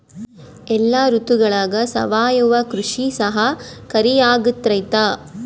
ಎಲ್ಲ ಋತುಗಳಗ ಸಾವಯವ ಕೃಷಿ ಸಹಕಾರಿಯಾಗಿರ್ತೈತಾ?